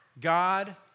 God